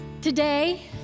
Today